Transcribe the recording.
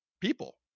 people